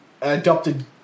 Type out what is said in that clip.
adopted